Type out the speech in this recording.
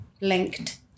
linked